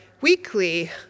weekly